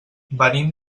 venim